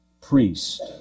priest